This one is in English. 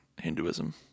Hinduism